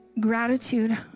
gratitude